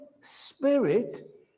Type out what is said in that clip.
Spirit